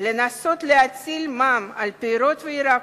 לנסות להטיל מע"מ על פירות וירקות,